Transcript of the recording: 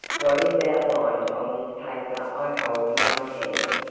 what is outlined on this paper i hold in my hand.